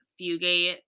Fugate